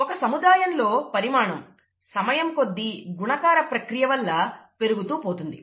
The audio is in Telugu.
ఒక సముదాయంలో పరిమాణం సమయం కొద్ది గుణకార ప్రక్రియ వల్ల పెరుగుతూ పోతుంది